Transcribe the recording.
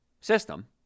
system